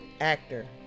actor